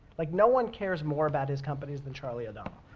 like no one cares more about his companies than charlie adom.